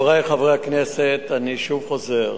חברי חברי הכנסת, אני שוב חוזר,